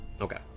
Okay